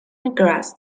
grass